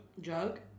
Jug